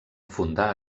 fundar